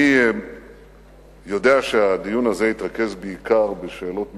אני יודע שהדיון הזה התרכז בעיקר בשאלות מדיניות,